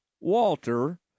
Walter